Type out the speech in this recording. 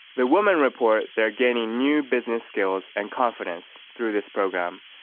the women report they are gaining new business skills and confidence through this program,